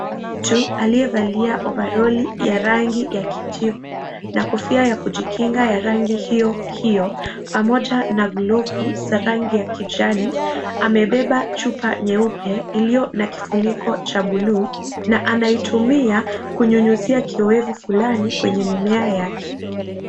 Mtu aliyevalia ovaroli ya rangi ya kijivu na kofia ya kujikinga ya rangi hiyo hiyo pamoja na glovu za rangi ya kijani amebeba chupa nyeupe iliyo na kifuniko cha buluu na anaitumia kunyunyuzia kiowevu fulani kwenye mimea yake.